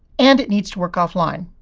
and it needs to work offline.